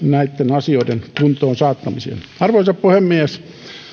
asioiden kuntoon saattamiseksi arvoisa puhemies